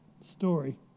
story